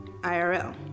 IRL